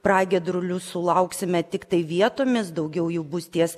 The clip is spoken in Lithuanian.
pragiedrulių sulauksime tiktai vietomis daugiau jų bus ties